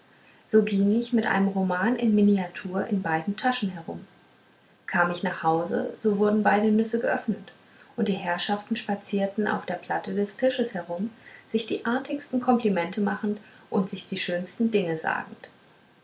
so ging ich mit einem roman in miniatur in beiden taschen herum kam ich nach hause so wurden beide nüsse geöffnet und die herrschaften spazierten auf der platte des tisches herum sich die artigsten komplimente machend und sich die schönsten dinge sagend